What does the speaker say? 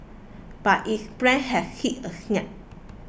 but its plan has hit a snag